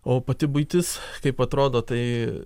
o pati buitis kaip atrodo tai